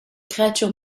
créature